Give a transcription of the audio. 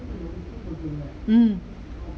mm